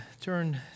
turn